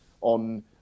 on